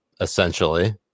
essentially